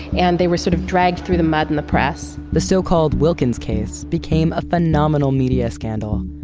and they were sort of dragged through the mud in the press. the so-called wilkins case became a phenomenal media scandal.